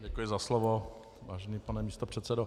Děkuji za slovo, vážený pane místopředsedo.